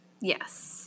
Yes